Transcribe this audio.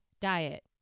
diet